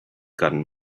gotten